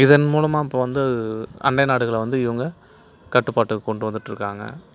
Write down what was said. இதன் மூலமாக இப்போ வந்து அண்டை நாடுகளை வந்து இவங்க கட்டுப்பாட்டுக்கு கொண்டு வந்துட்டிருக்காங்க